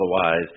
otherwise